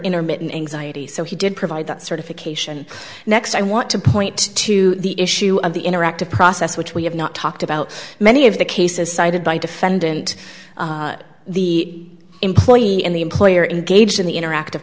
intermittent anxiety so he did provide that certification next i want to point to the issue of the interactive process which we have not talked about many of the cases cited by defendant the employee and the employer in gauging the interactive